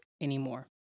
anymore